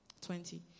Twenty